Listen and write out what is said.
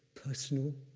personal,